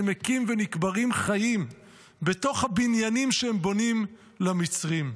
יש יהודים שנמקים ונקברים חיים בתוך הבניינים שהם בונים למצרים.